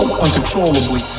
uncontrollably